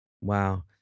Wow